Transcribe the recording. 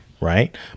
right